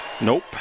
Nope